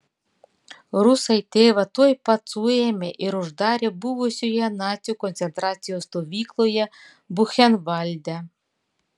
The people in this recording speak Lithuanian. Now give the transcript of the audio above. rusai tėvą tuoj pat suėmė ir uždarė buvusioje nacių koncentracijos stovykloje buchenvalde